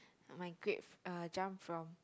my grade uh jump from